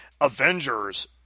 Avengers